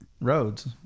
roads